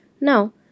Now